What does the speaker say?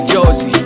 Josie